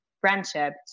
friendship